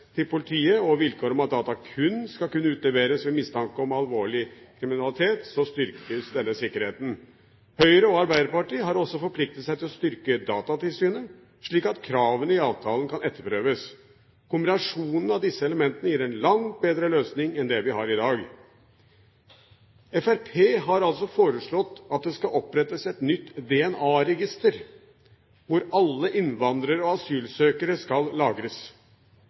til politiet, og vilkår om at data kun skal kunne utleveres ved mistanke om alvorlig kriminalitet, styrkes denne sikkerheten. Høyre og Arbeiderpartiet har også forpliktet seg til å styrke Datatilsynet, slik at kravene i avtalen kan etterprøves. Kombinasjonen av disse elementene gir en langt bedre løsning enn det vi har i dag. Fremskrittspartiet har altså foreslått at det skal opprettes et nytt DNA-register, hvor opplysninger om alle innvandrere og asylsøkere skal lagres.